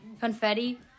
Confetti